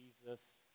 Jesus